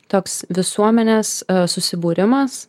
toks visuomenės susibūrimas